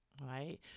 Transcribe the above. right